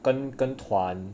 跟跟团